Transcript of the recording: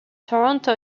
toronto